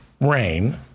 rain